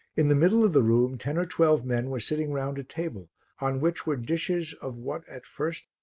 in the middle of the room ten or twelve men were sitting round a table on which were dishes of what at first